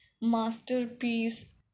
masterpiece